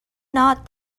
not